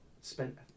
spent